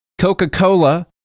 Coca-Cola